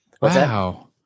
wow